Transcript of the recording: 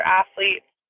athletes